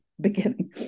beginning